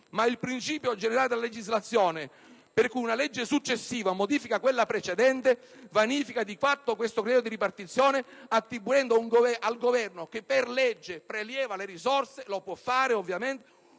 Il principio generale della legislazione, però, per cui una legge successiva modifica quella precedente, vanifica di fatto questo criterio di ripartizione; attribuendo al Governo, che per legge preleva le risorse - e lo può fare, ovviamente